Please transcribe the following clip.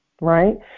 right